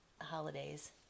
holidays